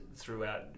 throughout